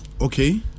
Okay